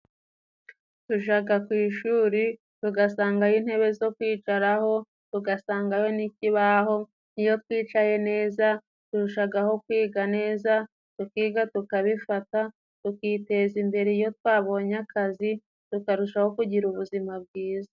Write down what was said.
Tujaga ku ishuri tugasangayo intebe zo kwicaraho tugasangayo n'ikibaho, iyo twicaye neza turushagaho kwiga neza, tukiga tukabifata tukiteza imbere iyo twabonye akazi, tukarushaho kugira ubuzima bwiza.